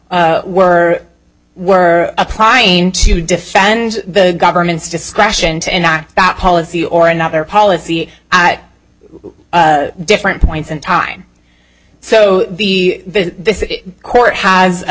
were were applying to defend the government's discretion to enact that policy or another policy at different points in time so the court has a